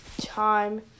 time